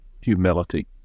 humility